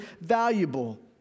valuable